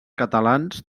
catalans